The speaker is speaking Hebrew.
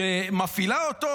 שמפעיל אותו.